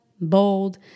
bold